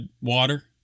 water